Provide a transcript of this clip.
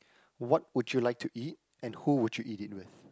what would you like to eat and who would you eat it with